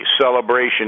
celebration